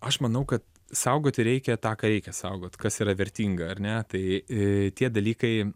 aš manau kad saugoti reikia tą ką reikia saugot kas yra vertinga ar ne tai tie dalykai